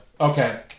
Okay